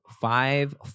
five